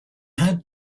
had